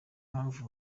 mpamvu